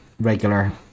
regular